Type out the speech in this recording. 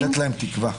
לתת להם תקווה.